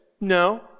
No